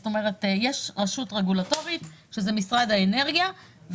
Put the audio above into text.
יש רשות רגולטורית שזה משרד האנרגיה,